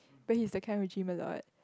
but he's the kind who gym a lot